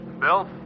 Bill